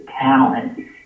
talent